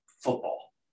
football